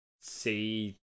see